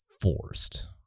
forced